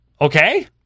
Okay